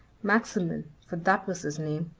maximin, for that was his name,